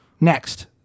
next